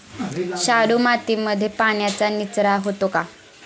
शाडू मातीमध्ये पाण्याचा निचरा होतो का?